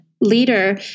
leader